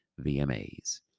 VMAs